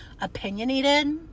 opinionated